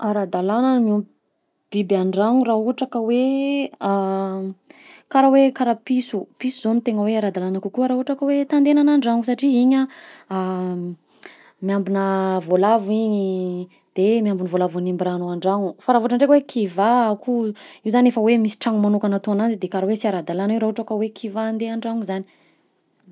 Ara-dalagna miompy biby an-dragno raha ohatra ka hoe karaha hoe karaha piso, piso zao no tegna hoe ara-dalagna kokoa raha ohatra ka hoe tandegnagna an-dragno satria igny a miambina voalavo igny de miambigny voalavo hanimba rahanao an-dragno, fa raha ohatra ndray ka hoe kivà a koa, io zany efa hoe misy tragno magnokagna atao ananjy de karaha hoe sy ara-dalagny io raha ohatra hoe kivà andeha an-dragno zany.